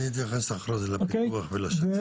אני אתייחס אחרי זה לפיתוח ול ---,